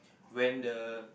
when the